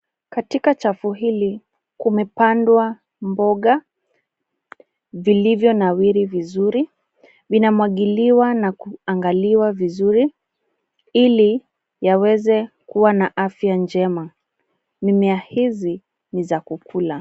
Katika chafu hili kumepandwa mboga vilivyonawiri vizuri. Vinamwagiliwa na kuangaliwa vizuri ili yaweze kuwa na afya njema. Mimea hizi ni za kukula.